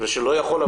ושלא יכול לבוא,